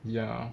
ya